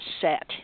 set